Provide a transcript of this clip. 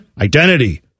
identity